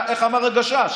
איך אמר הגשש?